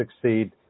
succeed